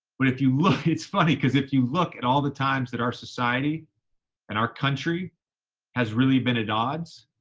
but if you look, it's funny, cuz if you look at all the times that our society and our country has really been at odds,